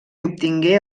obtingué